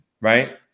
right